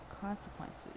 consequences